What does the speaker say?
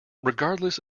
regardless